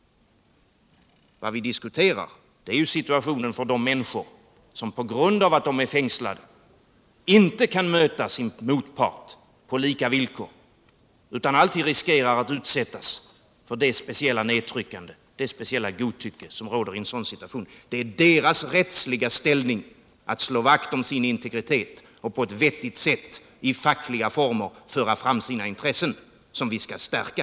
Vad vi diskuterar är situationen för de människor som på grund av att de är fängslade inte kan möta sin motpart på lika villkor utan alltid riskerar att utsättas för det speciella nedtryckande och godtycke som råder i en sådan situation. Det är deras rättsliga ställning, deras integritet och möjligheter att på ett vettigt sätt föra fram sina intressen i fackliga former som vi skall stärka.